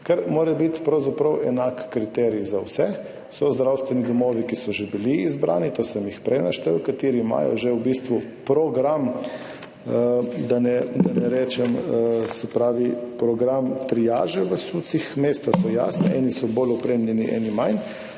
ker mora biti pravzaprav enak kriterij za vse. So zdravstveni domovi, ki so že bili izbrani, sem jih prej naštel, kateri imajo že v bistvu program, da ne rečem program triaže v SUC. Mesta so jasna, eni so bolj opremljeni, eni manj.